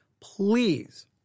Please